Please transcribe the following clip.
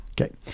Okay